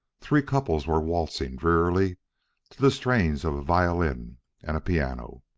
three couples were waltzing drearily to the strains of a violin and a piano.